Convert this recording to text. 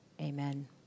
Amen